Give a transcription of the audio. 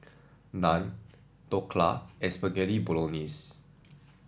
Naan Dhokla Spaghetti Bolognese